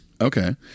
Okay